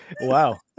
Wow